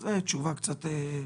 זאת תשובה קצת,